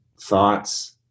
thoughts